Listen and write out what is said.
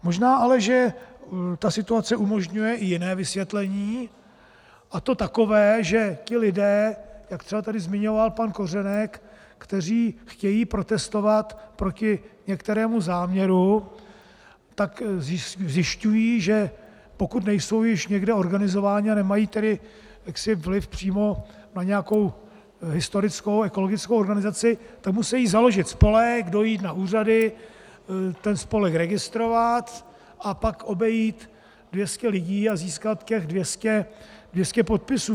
Možná ale situace umožňuje i jiné vysvětlení, a to takové, že ti lidé, jak tady třeba zmiňoval pan Kořenek, kteří chtějí protestovat proti některému záměru, zjišťují, že pokud nejsou již někde organizováni a nemají tedy jaksi vliv přímo na nějakou historickou ekologickou organizaci, tak musejí založit spolek, dojít na úřady, spolek registrovat a pak obejít 200 lidí a získat 200 podpisů.